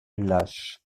lâches